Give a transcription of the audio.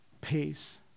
pace